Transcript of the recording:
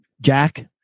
Jack